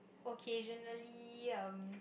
occasionally um